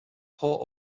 port